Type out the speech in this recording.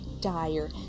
dire